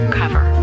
cover